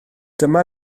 dyma